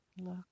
Look